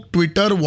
Twitter